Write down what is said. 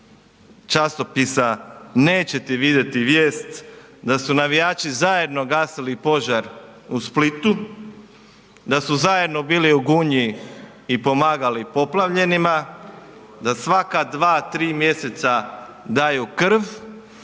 časopisa nećete vidjeti vijest da su navijači zajedno gasili požar u Splitu, da su zajedno bili u Gunji i pomagali poplavljenima, da svaka 2, 3 mjeseca daju krv,